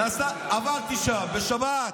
עברתי שם בשבת.